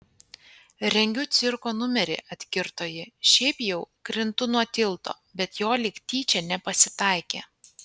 rengiu cirko numerį atkirto ji šiaip jau krintu nuo tilto bet jo lyg tyčia nepasitaikė